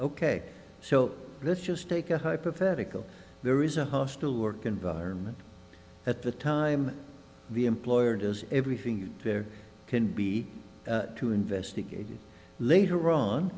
ok so let's just take a hypothetical there is a hostile work environment at the time the employer does everything there can be to investigate later on